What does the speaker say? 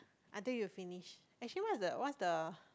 until you finish actually what's the what's the